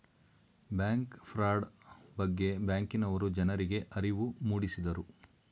bank fraud ಬಗ್ಗೆ ಬ್ಯಾಂಕಿನವರು ಜನರಿಗೆ ಅರಿವು ಮೂಡಿಸಿದರು